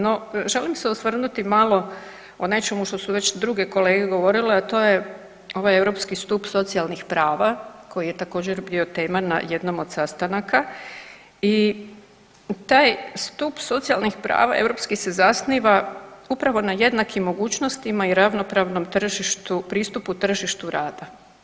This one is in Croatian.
No, želim se osvrnuti malo o nečemu što su već druge kolege govorile, a to je ovaj europski stup socijalnih prava koji je također, bio tema na jednom od sastanaka i taj stup socijalnih prava europskih se zasniva upravo na jednakim mogućnostima i ravnopravnom tržištu, pristupu tržištu rada.